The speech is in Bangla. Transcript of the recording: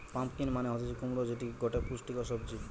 পাম্পিকন মানে হতিছে কুমড়ো যেটি গটে পুষ্টিকর সবজি